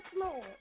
Lord